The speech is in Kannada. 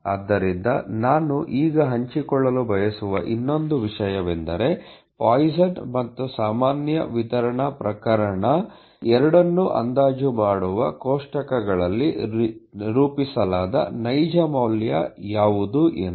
ಆದ್ದರಿಂದ ನಾನು ಈಗ ಹಂಚಿಕೊಳ್ಳಲು ಬಯಸುವ ಇನ್ನೊಂದು ವಿಷಯವೆಂದರೆ ಪಾಯ್ಸನ್Possion's ಮತ್ತು ಸಾಮಾನ್ಯ ವಿತರಣಾ ಪ್ರಕರಣ ಎರಡನ್ನೂ ಅಂದಾಜು ಮಾಡುವ ಕೋಷ್ಟಕಗಳಲ್ಲಿ ರೂಪಿಸಲಾದ ನೈಜ ಮೌಲ್ಯ ಯಾವುದು ಎಂದು